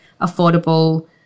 affordable